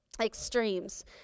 extremes